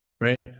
right